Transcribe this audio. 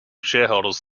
shareholders